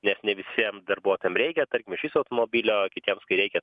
nes ne visiem darbuotojam reikia tarkim iš viso automobilio kitiems kai reikia